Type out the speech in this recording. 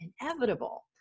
inevitable